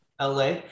la